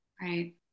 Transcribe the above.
Right